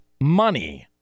money